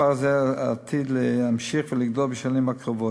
מספר זה עתיד להמשיך לגדול בשנים הקרובות.